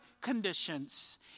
conditions